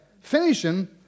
finishing